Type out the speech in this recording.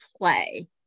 play